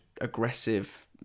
aggressive